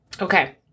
Okay